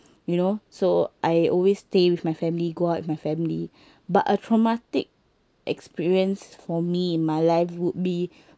you know so I always stay with my family go out with my family but a traumatic experience for me in my life would be